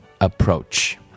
approach